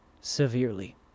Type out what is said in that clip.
severely